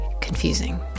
confusing